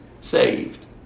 Saved